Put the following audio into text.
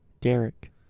Derek